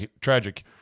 tragic